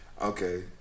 Okay